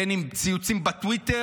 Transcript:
בין אם זה ציוצים בטוויטר,